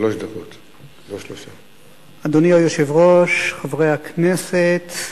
אדוני היושב-ראש, חברי הכנסת,